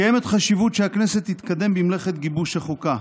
קיימת חשיבות שהכנסת תתקדם במלאכת גיבוש החוקה.